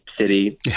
city